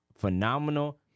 phenomenal